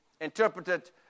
interpreted